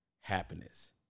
happiness